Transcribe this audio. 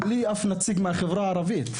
ואין פה אף נציג מהחברה הערבית.